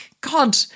God